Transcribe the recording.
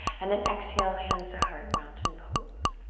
and then exhale, hands to heart, mountain pose.